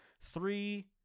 Three